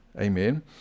Amen